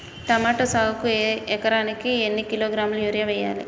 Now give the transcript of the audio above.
Tomato సాగుకు ఒక ఎకరానికి ఎన్ని కిలోగ్రాముల యూరియా వెయ్యాలి?